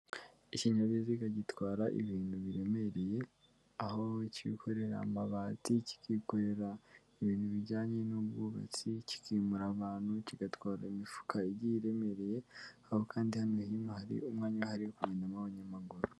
Ikinyabiziga gitwara ibintu biremereye, aho kikorera amabati, kikikorera ibintu bijyanye n'ubwubatsi, kikimura abantu, kigatwara imifuka igiye iremereye, aho kandi hano hino hari umwanya uhari wo kugendamo abanyamaguru.